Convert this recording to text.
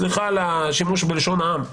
סליחה על השימוש בלשון העם,